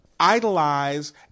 Idolize